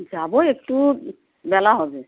যাবো একটু বেলা হবে